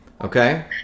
okay